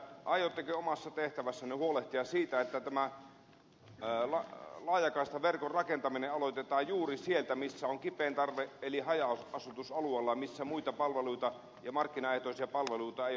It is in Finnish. aiotteko omassa tehtävässänne huolehtia siitä että tämän laajakaistaverkon rakentaminen aloitetaan juuri sieltä missä on kipein tarve eli haja asutusalueilta missä muita palveluita ja markkinaehtoisia palveluita ei ole tarjolla